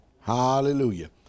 Hallelujah